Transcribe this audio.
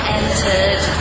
entered